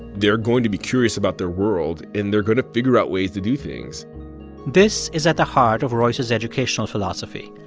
they're going to be curious about their world, and they're going to figure out ways to do things this is at the heart of royce's educational philosophy.